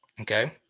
Okay